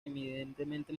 eminentemente